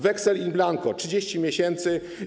Weksel in blanco, 30 miesięcy.